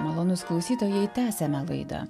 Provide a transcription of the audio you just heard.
malonūs klausytojai tęsiame laidą